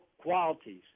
qualities